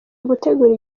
gutegura